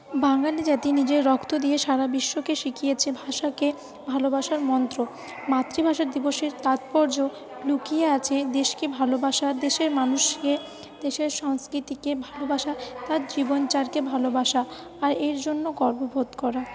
বাঙালি জাতি নিজের রক্ত দিয়ে সারা বিশ্বকে শিখিয়েছে ভাষাকে ভালোবাসার মন্ত্র মাতৃভাষা দিবসের তাৎপর্য লুকিয়ে আছে দেশকে ভালোবাসা দেশের মানুষকে দেশের সংস্কৃতিকে ভালোবাসা তার জীবনচারকে ভালোবাসা আর এর জন্য গর্ববোধ করা